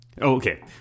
Okay